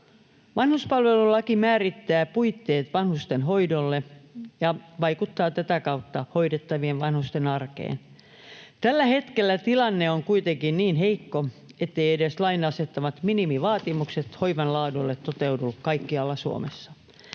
Vanhuspalvelulaki määrittää puitteet vanhustenhoidolle ja vaikuttaa tätä kautta hoidettavien vanhusten arkeen. Tällä hetkellä tilanne on kuitenkin niin heikko, etteivät edes lain asettamat minimivaatimukset hoivan laadulle toteudu kaikkialla Suomessa.